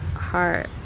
heart